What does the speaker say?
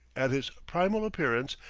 at his primal appearance,